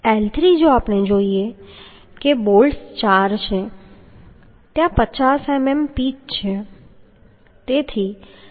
L3 જો આપણે જોઈએ કે બોલ્ટ્સ ચાર છે ત્યાં 50 મીમીની પિચ છે